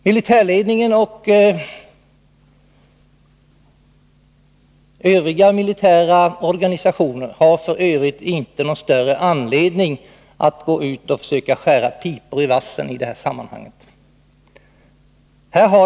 Militärledningen och övriga militära organisationer har f. ö. inte någon större anledning att gå ut och försöka skära pipor i vassen i detta sammanhang.